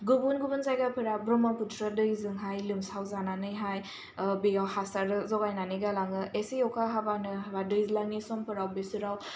गुबुन गुबुन जायगाफोरा ब्रह्मपुत्र दैजोंहाय लोमसावजानानैहाय बेयाव हासार जगायनानै गालाङो एसे अखा हाबानो बा दैज्लांनि समफोराव बेसोराव